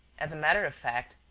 as a matter of fact,